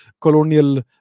colonial